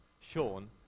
Sean